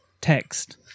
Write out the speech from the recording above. text